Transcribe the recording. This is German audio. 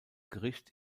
gericht